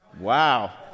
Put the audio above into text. Wow